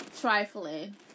Trifling